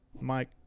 Mike